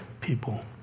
people